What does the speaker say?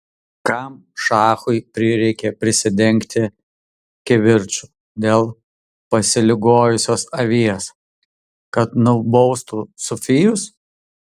kam šachui prireikė prisidengti kivirču dėl pasiligojusios avies kad nubaustų sufijus